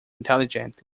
intelligent